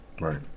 Right